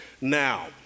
now